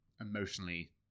emotionally